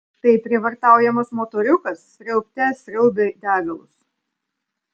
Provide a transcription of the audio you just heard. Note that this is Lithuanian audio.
taip prievartaujamas motoriukas sriaubte sriaubė degalus